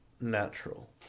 natural